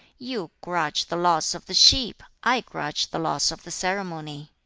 you grudge the loss of the sheep i grudge the loss of the ceremony.